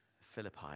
Philippi